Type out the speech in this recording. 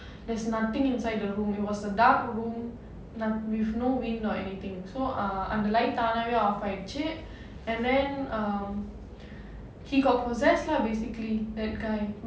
there's nothing inside the room it was a dark room no~ with no wind or anything so ah அந்த:antha light தானாவே:thaanaavae off ஆயிருச்சு:aayiruchu and then he got possessed lah basically that guy